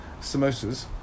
samosas